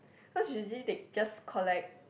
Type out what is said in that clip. cause usually they just collect